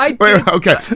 Okay